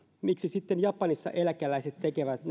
miksi sitten japanissa eläkeläiset tekevät